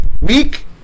week